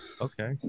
okay